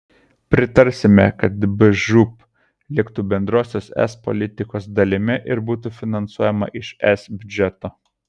pritarsime kad bžūp liktų bendrosios es politikos dalimi ir būtų finansuojama iš es biudžeto